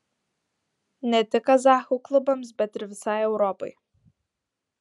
ne tik kazachų klubams bet ir visai europai